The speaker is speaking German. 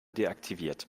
deaktiviert